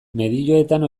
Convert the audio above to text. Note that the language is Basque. medioetan